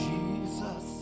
Jesus